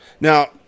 Now